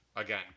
Again